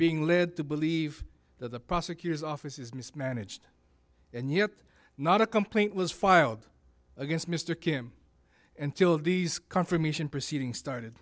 being led to believe that the prosecutor's office is mismanaged and yet not a complaint was filed against mr kim until these confirmation proceedings started